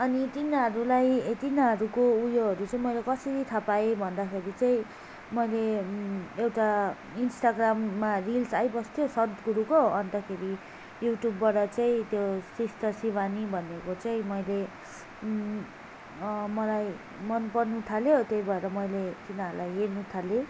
अनि तिनीहरूलाई तिनीहरूको उयोहरू चाहिँ मैले कसरी थाह पाएँ भन्दाखेरि चाहिँ मैले एउटा इन्टाग्राममा रिल्स आइबस्थ्यो सद्गुरुको अन्तखेरि युट्युबबाट चाहिँ त्यो सिस्टर सिवानी भन्नेको चैँ मैले मलाई मन पर्नु थाल्यो त्यै भएर मैले तिनारलाई हेर्नु थालेँ